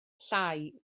llai